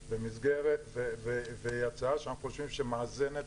במסגרת והיא הצעה שאנחנו חושבים שהיא מאזנת